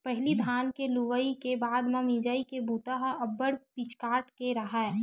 पहिली धान के लुवई के बाद म मिंजई के बूता ह अब्बड़ पिचकाट के राहय